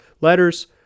letters